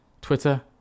Twitter